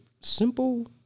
simple